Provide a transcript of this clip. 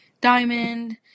Diamond